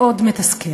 מאוד מתסכל.